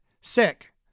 sick